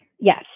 Yes